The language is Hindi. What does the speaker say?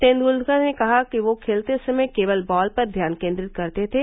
तेंदुलकर ने कहा कि वह खेलते समय केवल बॉल पर ध्यान केन्द्रित करते थे